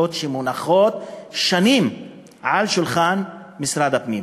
שמונחות שנים על שולחן משרד הפנים.